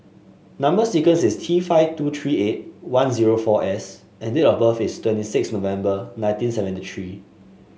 number sequence is T five two three eight one zero four S and date of birth is twenty six November nineteen seventy three